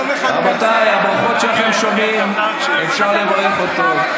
רבותיי, הברכות שאתם שומעים, אפשר גם לברך אותו.